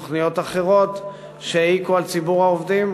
תוכניות אחרות שהעיקו על ציבור העובדים,